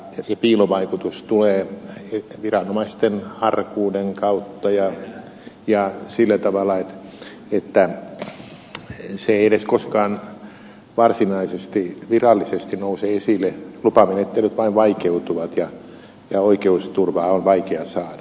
se piilovaikutus tulee viranomaisten arkuuden kautta ja sillä tavalla että se ei edes koskaan varsinaisesti virallisesti nouse esille lupamenettelyt vain vaikeutuvat ja oikeusturvaa on vaikea saada